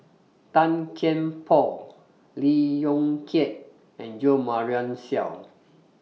Tan Kian Por Lee Yong Kiat and Jo Marion Seow